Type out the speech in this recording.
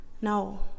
No